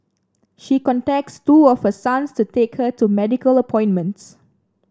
she contacts two of her sons to take her to medical appointments